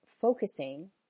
focusing